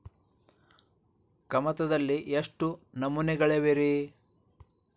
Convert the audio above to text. ಕಮತದಲ್ಲಿ ಎಷ್ಟು ನಮೂನೆಗಳಿವೆ ರಿ?